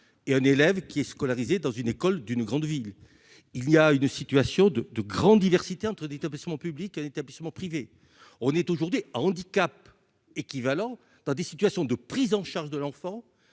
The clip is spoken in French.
et un élève qui est scolarisé dans une école d'une grande ville, il y a une situation de de grande diversité entre d'établissement public, un établissement privé, on est aujourd'hui à handicap équivalent dans des situations de prise en charge de l'enfant